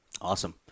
Awesome